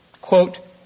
quote